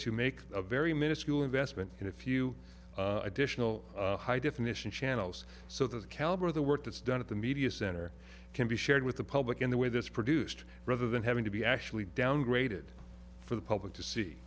to make a very miniscule investment in a few additional high definition channels so that the caliber of the work that's done at the media center can be shared with the public in the way this produced rather than having to be actually downgraded for the public to see